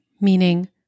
meaning